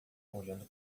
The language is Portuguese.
olhando